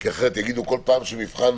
כי אם יגידו בכל פעם שמבחן